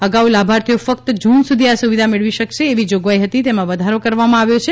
અગાઉ લાભાર્થીઓ ફક્ત જૂન સુધી આ સુવિધા મેળવી શકશે એવી જોગવાઈ હતી તેમાં વધારો કરવામાં આવ્યો છે